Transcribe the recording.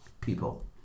people